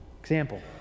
Example